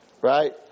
right